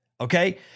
okay